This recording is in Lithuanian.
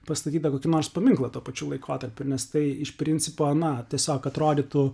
pastatytą kokį nors paminklą tuo pačiu laikotarpiu nes tai iš principo na tiesiog atrodytų